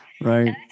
Right